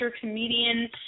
comedian